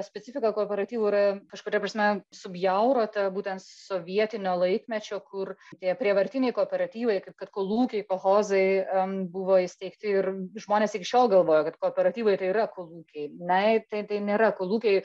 specifika kooperatyvų yra kažkuria prasme subjaurota būtent sovietinio laikmečio kur tie prievartiniai kooperatyvai kaip kad kolūkiai kolchozai am buvo įsteigti ir žmonės iki šiol galvoja kad kooperatyvai tai yra kolūkiai nai tai tai nėra kolūkiai